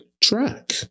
track